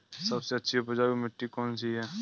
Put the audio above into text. सबसे अच्छी उपजाऊ मिट्टी कौन सी है?